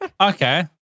okay